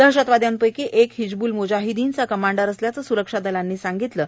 दहशतवादयांपैकी एक हिजबुल मुजाहिदीनचा कमांडर असल्याचं सुरक्षा दलांनी सांगितलं आहे